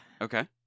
Okay